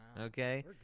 okay